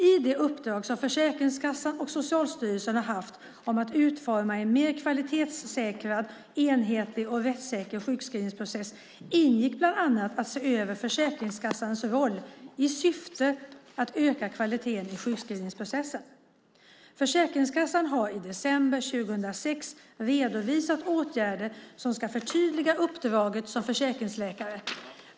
I det uppdrag som Försäkringskassan och Socialstyrelsen har haft om att utforma en mer kvalitetssäkrad, enhetlig och rättssäker sjukskrivningsprocess ingick bland annat att se över försäkringsläkarnas roll i syfte att öka kvaliteten i sjukskrivningsprocessen. Försäkringskassan har i december 2006 redovisat åtgärder som ska förtydliga uppdraget som försäkringsläkare.